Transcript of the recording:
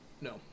No